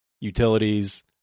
utilities